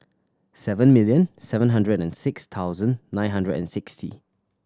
seven million seven hundred and six thousand nine hundred and sixty